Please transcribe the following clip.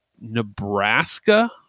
Nebraska